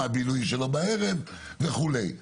בבילוי שלו בערב וכולי.